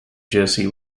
jersey